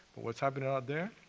but what's happening out there,